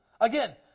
Again